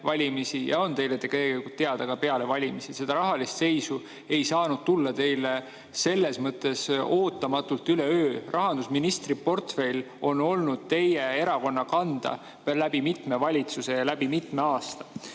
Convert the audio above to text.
ja on teile teada ka peale valimisi. See rahaline seis ei saanud tulla teile selles mõttes ootamatult üleöö, et rahandusministri portfell on olnud teie erakonna kanda läbi mitme valitsuse ja läbi mitme aasta. Nüüd,